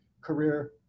career